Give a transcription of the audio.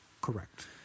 Correct